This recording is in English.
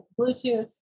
Bluetooth